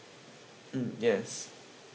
mm yes